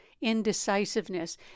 indecisiveness